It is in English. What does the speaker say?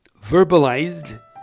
Verbalized